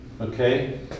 Okay